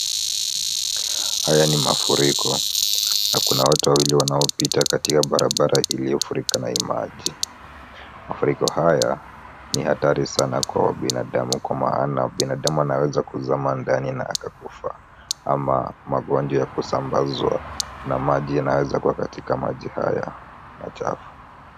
Haya ni mafuriko na kuna watu wawili wanaopita katika barabara iliyo furika na hii maji. Mafuriko haya ni hatari sana kwa binadamu kwa maana binadamu anaweza kuzama ndani na akakufa ama magonjwa ya kusambazwa na maji yanaweza kua katika maji haya machafu.